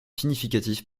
significatif